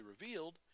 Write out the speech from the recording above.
revealed